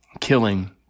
killing